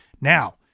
Now